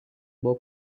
buvo